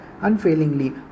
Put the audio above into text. Unfailingly